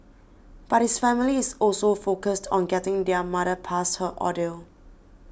but his family is also focused on getting their mother past her ordeal